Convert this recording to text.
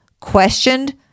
questioned